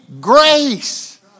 grace